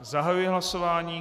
Zahajuji hlasování.